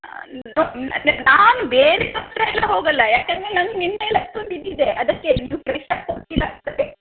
ನಾನು ಬೇರೆಯವ್ರ ಹತ್ತಿರ ಎಲ್ಲ ಹೋಗೋಲ್ಲ ಯಾಕಂದ್ರೆ ನಂಗೆ ನಿಮ್ಮ ಮೇಲೆ ಅಷ್ಟೊಂದು ಇದು ಇದೆ ಅದಕ್ಕೆ ನೀವು ಫ್ರೆಶಾಗಿ ಕೊಡ್ತೀರ ಅಂತಾನೆ